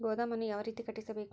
ಗೋದಾಮನ್ನು ಯಾವ ರೇತಿ ಕಟ್ಟಿಸಬೇಕು?